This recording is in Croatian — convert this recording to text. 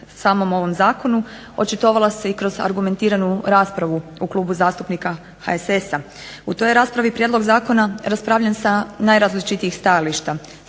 samom ovom zakonu očitovala se i kroz argumentiranu raspravu u Klubu zastupnika HSS-a. U toj je raspravi prijedlog zakona raspravljen sa najrazličitijih stajališta,